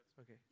Okay